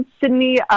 Sydney